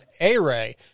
A-Ray